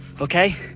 Okay